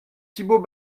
thibault